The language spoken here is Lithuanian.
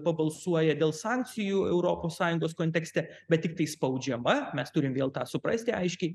pabalsuoja dėl sankcijų europos sąjungos kontekste bet tiktai spaudžiama mes turim vėl tą suprasti aiškiai